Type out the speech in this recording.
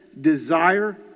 Desire